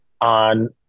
on